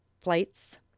flights